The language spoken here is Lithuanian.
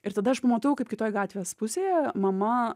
ir tada aš pamatau kad kitoj gatvės pusėje mama